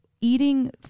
eating